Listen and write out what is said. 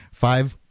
Five